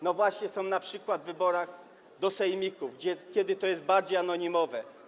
No właśnie są np. w wyborach do sejmików, kiedy to jest bardziej anonimowe.